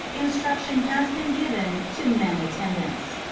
instruction has been given to men attendants.